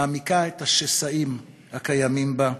מעמיקה את השסעים הקיימים בו,